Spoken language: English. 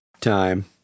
time